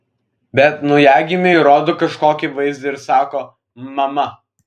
bet naujagimiui rodo kažkokį vaizdą ir sako mama